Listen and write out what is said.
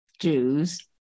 Jews